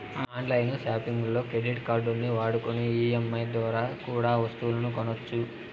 on line సాపింగుల్లో credit కార్డుల్ని వాడుకొని ఈ.ఎం.ఐ దోరా కూడా ఒస్తువులు కొనొచ్చు